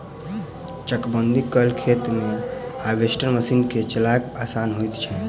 चकबंदी कयल खेत मे हार्वेस्टर मशीन के चलायब आसान होइत छै